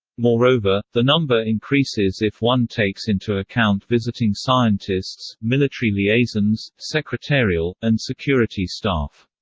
moreover, the number increases if one takes into account visiting scientists, military liaisons, secretarial, and security staff.